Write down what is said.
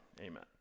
amen